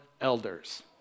elders